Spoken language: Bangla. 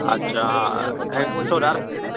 আচ্ছা এক বছর আর পেমেন্ট